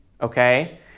okay